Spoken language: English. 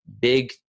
big